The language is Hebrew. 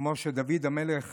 כמו שדוד המלך